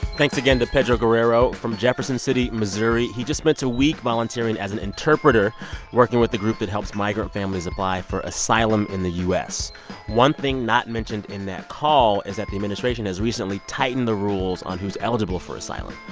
thanks again to pedro guerrero from jefferson city, mo. he just spent a week volunteering as an interpreter working with a group that helps migrant families apply for asylum in the u s one thing not mentioned in that call is that the administration has recently tightened the rules on who's eligible for asylum.